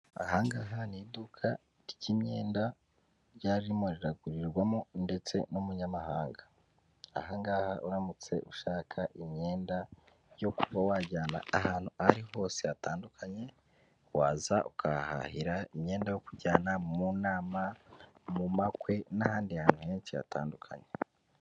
Ahangaha ni iduka ry'imyenda ryarimo riragurirwamo ndetse n'umunyamahanga, ahangaha uramutse ushaka imyenda yo kuba wajyana ahantu aho ariho hose hatandukanye, waza ukahahira imyenda yo kujyana mu nama, mu makwe n'ahandi hantu henshi hatandukanye.